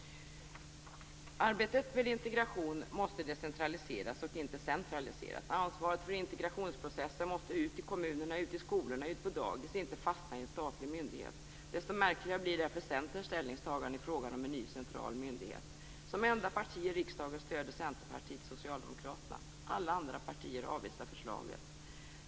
Arbetet med integration måste decentraliseras och inte centraliseras. Ansvaret för integrationsprocessen måste ut i kommunerna, ut i skolorna, ut på dagis - inte fastna i en statlig myndighet. Desto märkligare blir därför Centerns ställningstagande i frågan om en ny central myndighet. Som enda parti i riksdagens stöder Centerpartiet Socialdemokraterna! Alla andra partier avvisar förslaget.